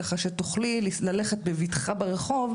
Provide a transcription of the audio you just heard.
ככה שתוכלי ללכת בבטחה ברחוב,